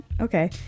okay